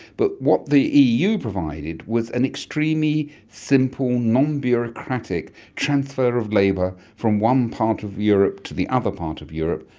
but what the eu provided was an extremely simple, non-bureaucratic transfer of labour from one part of europe to the other part of europe,